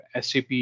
SAP